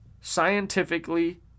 Scientifically